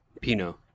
pino